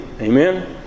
Amen